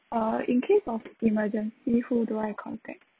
uh in case of emergency who do I contact